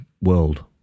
world